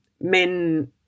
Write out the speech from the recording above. men